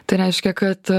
tai reiškia kad